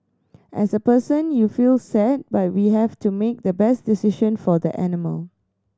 as a person you feel sad but we have to make the best decision for the animal